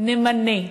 נמנה.